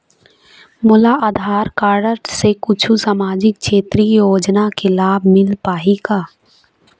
मोला आधार कारड से कुछू सामाजिक क्षेत्रीय योजना के लाभ मिल पाही का?